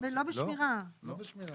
כן,